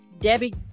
Debbie